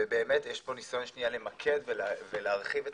ובאמת יש פה ניסיון למקד ולהרחיב את